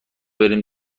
بریم